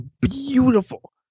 beautiful